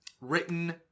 written